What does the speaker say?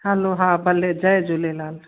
हलो हा भले जय झूलेलाल